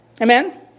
Amen